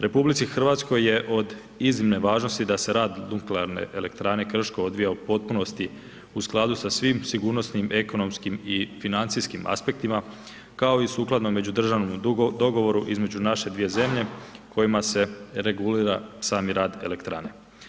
RH je od iznimne važnosti da se rad Nuklearne elektrane Krško odvija u potpunosti u skladu sa svim sigurnosnim, ekonomskim i financijskim aspektima kao i sukladno međudržavnom dogovoru između naše dvije zemlje kojima se regulira sami rad elektrane.